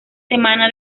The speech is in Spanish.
semana